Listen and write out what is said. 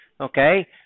Okay